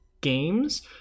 games